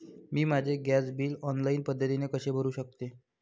मी माझे gas bill online पद्धतीने कसे भरु शकते?